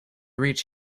reach